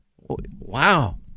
Wow